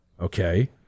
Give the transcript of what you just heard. Okay